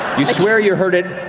you swear you heard it